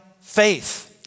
faith